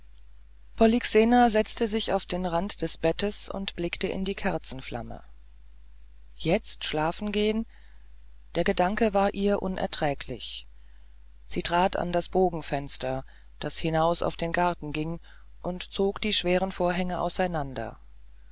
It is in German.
polyxena setzte sich auf den rand des bettes und blickte in die kerzenflamme jetzt schlafen gehen der gedanke war ihr unerträglich sie trag an das bogenfenster das hinaus auf den garten ging und zog die schweren vorhänge auseinander